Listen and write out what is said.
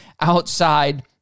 outside